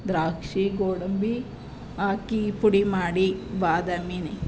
ದ್ರಾಕ್ಷಿ ಗೋಡಂಬಿ ಹಾಕಿ ಪುಡಿ ಮಾಡಿ ಬಾದಾಮಿ